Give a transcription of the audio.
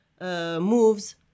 moves